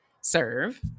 serve